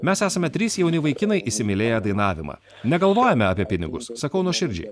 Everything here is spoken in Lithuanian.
mes esame trys jauni vaikinai įsimylėję dainavimą negalvojome apie pinigus sakau nuoširdžiai